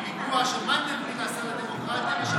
הפיגוע שמנדלבליט עשה לדמוקרטיה ושאתם ממשיכים לעשות.